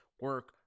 Work